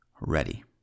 ready